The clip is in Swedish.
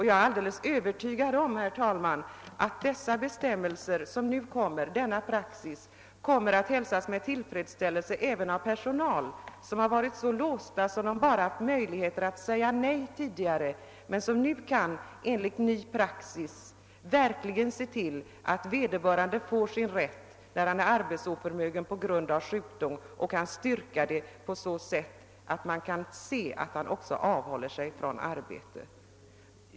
Jag är övertygad, herr talman, att de nya bestämmelser och den praxis som nu kommer skall hälsas med tillfredsställelse även av den personal som har varit låst tidigare och bara haft möjlighet att säga nej men som nu kan se till att den som är arbetsoförmögen på grund av sjukdom och kan styrka att han avhållit sig från arbete verkligen får sin rätt.